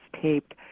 taped